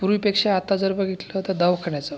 पूर्वीपेक्षा आता जर बघितलं तर दवाखान्याचं